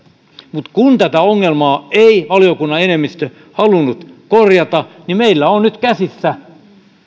mutta kun tätä ongelmaa ei valiokunnan enemmistö halunnut korjata niin meillä on nyt käsissä